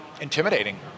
intimidating